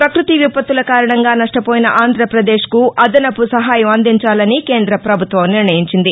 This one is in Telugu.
ప్రపక్పతి విపత్తుల కారణంగా నష్టపోయిన ఆంధ్రప్రదేశ్కు అదనపు సహాయం అందించాలని కేంద్ర ప్రభుత్వం నిర్ణయించింది